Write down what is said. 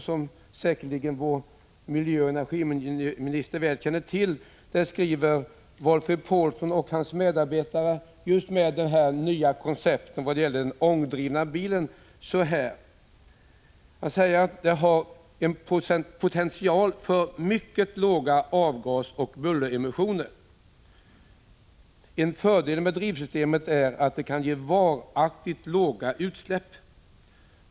Som säkerligen vår miljöoch energiminister väl känner till skriver Valfrid Paulsson och hans medarbetare om det nya konceptet vad gäller ångdriven bil så här: ”motortypen —-—-- har potential för mycket låga avgasoch bulleremissioner. -—-—- En fördel med drivsystemet är att det kan ge varaktigt låga utsläpp —-—--.